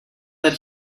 that